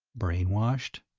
brainwashed?